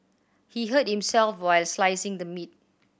he hurt himself while slicing the meat